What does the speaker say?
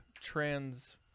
trans